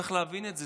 צריך להבין את זה.